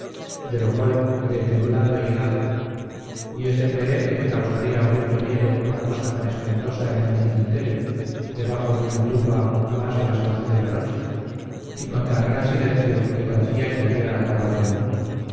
de lo cual quedé temblando y helado y es de creer que me causaría horrible miedo una cosa tan espantosa en un cimenterio debajo de una tumba a más de las once de la noche y con tan gran silencio que parecía se había acabado el mundo